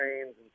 trains